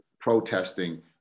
protesting